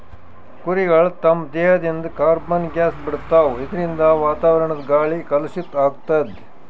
ಕುರಿಗಳ್ ತಮ್ಮ್ ದೇಹದಿಂದ್ ಕಾರ್ಬನ್ ಗ್ಯಾಸ್ ಬಿಡ್ತಾವ್ ಇದರಿಂದ ವಾತಾವರಣದ್ ಗಾಳಿ ಕಲುಷಿತ್ ಆಗ್ತದ್